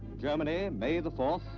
germany, may the fourth,